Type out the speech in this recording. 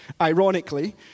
ironically